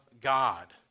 God